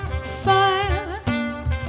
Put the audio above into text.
Fire